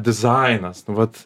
dizainas nu vat